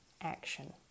action